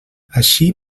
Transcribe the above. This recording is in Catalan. així